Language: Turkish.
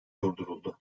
durduruldu